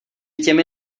těmi